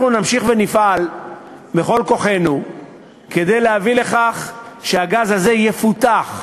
אנחנו נמשיך ונפעל בכל כוחנו כדי להביא לכך שהגז הזה יפותח,